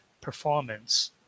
performance